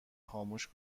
خاموش